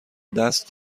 دست